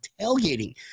tailgating